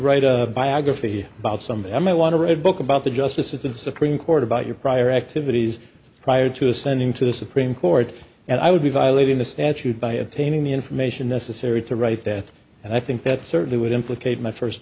write a biography about somebody i might want to read a book about the justice of the supreme court about your prior activities prior to ascending to the supreme court and i would be violating the statute by obtaining the information necessary to write that and i think that certainly would implicate my first